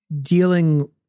Dealing